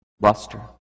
luster